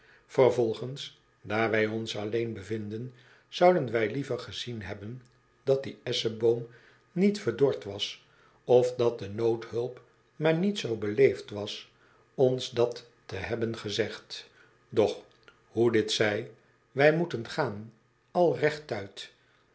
vervolgens daar wij ons alleen bevinden zouden wij liever gezien hebben dat die esscheboom niet verdord was of dat de noodhulp maar niet zoo beleefd was ons dat te hebben gezegd doch hoe dit zij wij moeten gaan al rechtuit